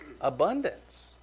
abundance